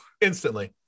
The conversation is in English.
instantly